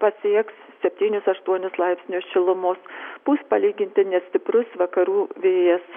pasieks septynis aštuonis laipsnius šilumos pūs palyginti nestiprus vakarų vėjas